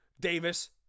davis